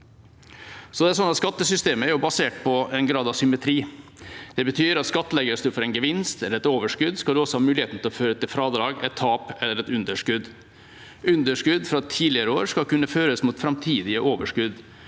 Skattesystemet er basert på en grad av symmetri. Det betyr at om man skattlegges for en gevinst eller et overskudd, skal man også ha muligheten til å føre til fradrag et tap eller et underskudd. Underskudd fra tidligere år skal kunne føres mot framtidige overskudd.